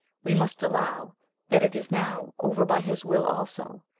we must allow that it is now over by his will also,